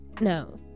no